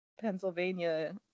Pennsylvania